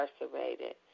incarcerated